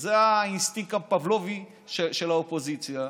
זה האינסטינקט הפבלובי של האופוזיציה: